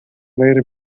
later